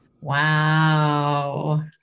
Wow